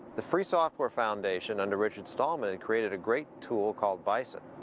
the free software foundation under richard stallman and created a great tool called bison.